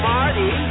Marty